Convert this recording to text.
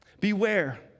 Beware